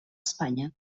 espanya